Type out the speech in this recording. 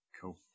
Cool